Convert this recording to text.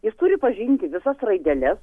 jis turi pažinti visas raideles